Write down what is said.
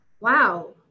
wow